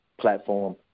platform